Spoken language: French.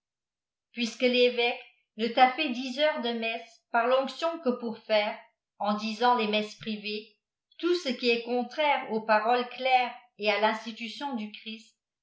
puisque l'évêque ne t'a fait diseur de messe par fonction que pour faire en disant les messes privées tout ce qui est contraire aux paroles claires et à rinslilution du christ